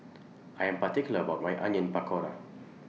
I Am particular about My Onion Pakora